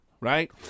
right